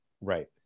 Right